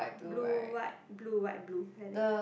blue white blue white blue like that